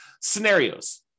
scenarios